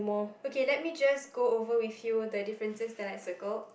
okay let me just go over with you the differences that I circled